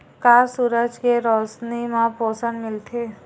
का सूरज के रोशनी म पोषण मिलथे?